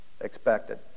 expected